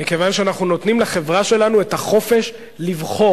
מכיוון שאנחנו נותנים לחברה שלנו את החופש לבחור.